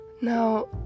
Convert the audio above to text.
now